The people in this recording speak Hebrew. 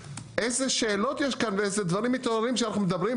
איזה שאלות יש כאן ואיזה דברים מתעוררים כשאנחנו מדברים,